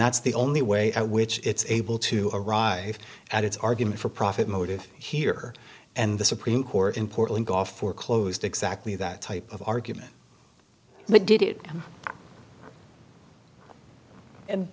that's the only way which it's able to arrive at its argument for profit motive here and the supreme court in portland off foreclosed exactly that type of argument but did it and